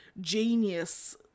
genius